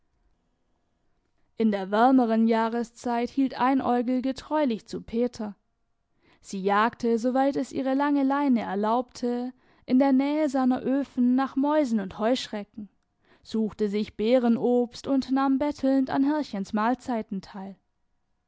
in der wärmeren jahreszeit hielt einäugel getreulich zu peter sie jagte soweit es ihre lange leine erlaubte in der nähe seiner öfen nach mäusen und heuschrecken suchte sich beerenobst und nahm bettelnd an herrchens mahlzeiten teil